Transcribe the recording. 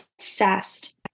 obsessed